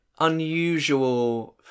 unusual